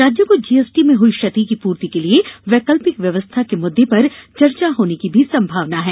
राज्यों को जीएसटी में हुई क्षति की पूर्ति के लिए यैकल्पिक व्यवस्था के मुद्दे पर चर्चा होने की संभावना है